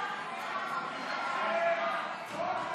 ההצעה להעביר את הנושא לוועדה שתקבע